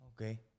Okay